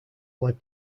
led